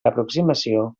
aproximació